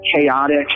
chaotic